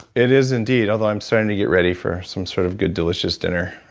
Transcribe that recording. it is indeed, although i'm starting to get ready for some sort of good delicious dinner.